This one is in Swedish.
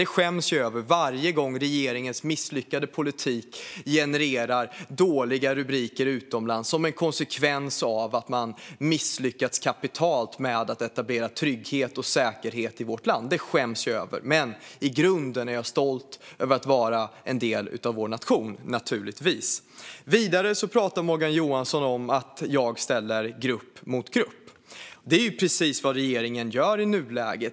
Jag skäms varje gång regeringens misslyckade politik genererar dåliga rubriker utomlands som en konsekvens av att man misslyckats kapitalt med att etablera trygghet och säkerhet i vårt land. Det skäms jag över, men i grunden är jag stolt att vara en del av vår nation - naturligtvis. Vidare pratar Morgan Johansson om att jag ställer grupp mot grupp. Det är ju precis vad regeringen gör i nuläget.